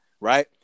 right